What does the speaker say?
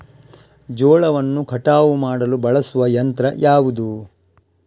ಜೋಳವನ್ನು ಕಟಾವು ಮಾಡಲು ಬಳಸುವ ಯಂತ್ರ ಯಾವುದು?